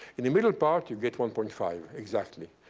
in the middle part, you get one point five exactly.